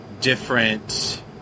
different